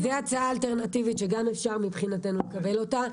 זו הצעה אלטרנטיבית שגם אפשר מבחינתנו לקבל אותה,